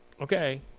okay